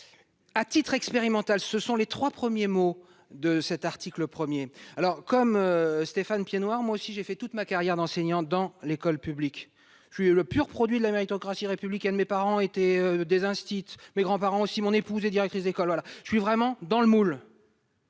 À titre expérimental » sont les trois premiers mots de l'article 1. Comme Stéphane Piednoir, j'ai fait toute ma carrière d'enseignant dans l'école publique. Je suis le pur produit de la méritocratie républicaine. Mes parents comme mes grands-parents étaient instituteurs ; mon épouse est directrice d'école. Je suis vraiment dans le moule.